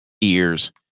ears